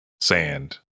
sand